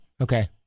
okay